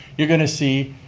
you're going to see